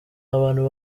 abantu